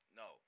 no